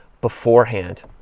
beforehand